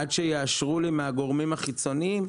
ברגע שיאשרו לי מגורמים חיצוניים.